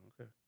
Okay